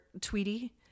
Tweety